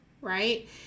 right